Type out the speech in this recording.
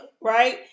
right